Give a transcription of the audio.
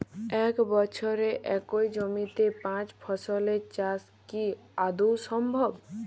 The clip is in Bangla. এক বছরে একই জমিতে পাঁচ ফসলের চাষ কি আদৌ সম্ভব?